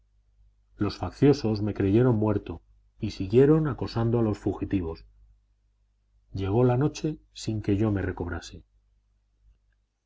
los facciosos me creyeron muerto y siguieron acosando a los fugitivos llegó la noche sin que yo me recobrase